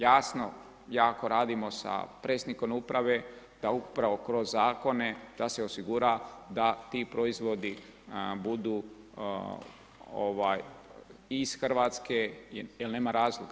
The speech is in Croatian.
Jasno ako radimo sa predsjednikom uprave da upravo kroz zakone da se osigura da ti proizvodi budu i iz Hrvatske, jer nema razloga.